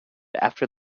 after